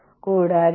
E കൊമേഴ്സും